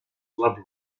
love